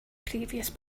previous